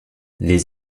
les